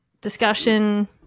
discussion